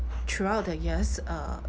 throughout the years uh